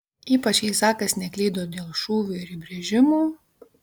ypač jei zakas neklydo dėl šūvių ir įbrėžimų